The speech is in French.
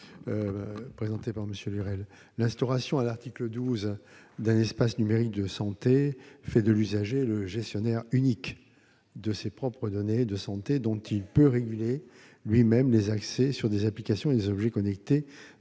de l'amendement n° 448, l'instauration, à l'article 12, d'un espace numérique de santé fait de l'usager le gestionnaire unique de ses propres données de santé. Il peut en réguler lui-même les accès sur des applications et des objets connectés